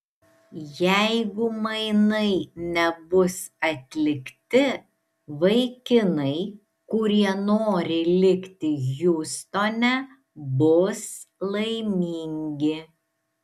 jeigu mainai nebus atlikti vaikinai kurie nori likti hjustone bus laimingi